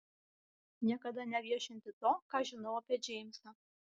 niekada neviešinti to ką žinau apie džeimsą